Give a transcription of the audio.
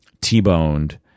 T-boned